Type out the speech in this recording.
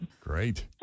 Great